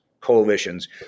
coalitions